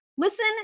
Listen